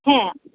হ্যাঁ